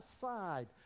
side